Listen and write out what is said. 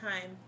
time